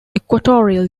equatorial